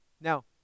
Now